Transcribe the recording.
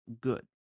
good